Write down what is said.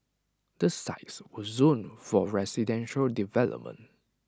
the sites were zoned for residential development